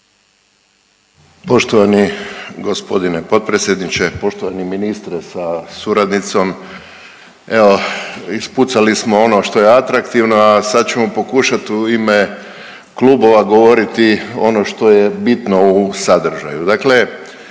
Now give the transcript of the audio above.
Poštovani g. potpredsjedniče, poštovani ministre sa suradnicom. Evo ispucali smo ono što je atraktivno, a sad ćemo pokušat u ime klubova govoriti ono što je bitno u sadržaju.